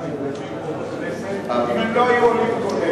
נפגשים פה בכנסת אם הם לא היו עולים הנה?